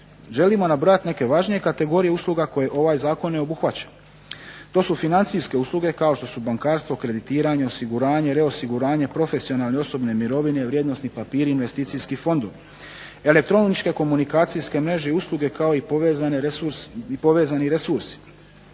Želimo nabrojati neke važnije kategorije usluga koje ovaj Zakon ne obuhvaća. To su financijske usluge kao što su bankarstvo, kreditiranje, osiguranje, reosiguranje, profesionalne osobne mirovine, vrijednosni papiri, investicijski fondovi, elektroničke komunikacijske mreže i usluge kao i povezani resursi,